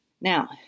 Now